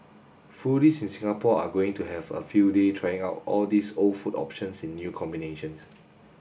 foodies in Singapore are going to have a field day trying out all these old food options in new combinations